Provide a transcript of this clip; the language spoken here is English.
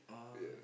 yes